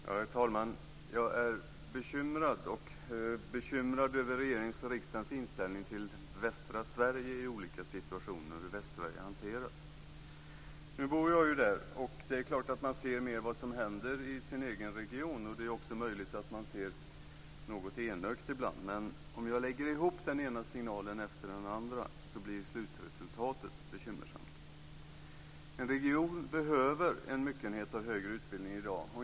Herr talman! Jag är bekymrad över regeringens och riksdagens inställning till västra Sverige i olika situationer, och över hur Västsverige har hanterats. Jag bor där, och man ser självfallet mer av vad som händer i ens egen region. Det är också möjligt att man ser något enögt ibland. Men om jag lägger ihop de signaler jag har fått, den ena efter den andra, så blir slutresultatet bekymmersamt. En region behöver en myckenhet av högre utbildning i dag.